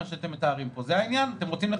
עד מתי אתם רוצים לחכות?